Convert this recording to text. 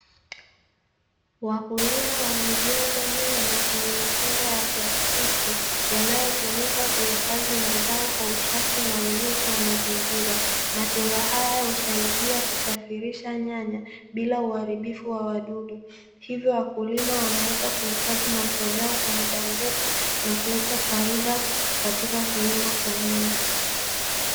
Wakulima wamejeza nyanya kwenye matenga ya plastiki, yanayotumika kuhifadhi mazao kwa usafi na ulinzi wa mazingira, matenga haya husaidia kusafirisha nyanya bila uharibifu wa wadudu, hivyo wakulima wanaweza kuhifadhi mazao yao kwa muda mrefu na kuleta faida katika kilimo cha nyanya.